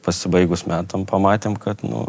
pasibaigus metam pamatėm kad nu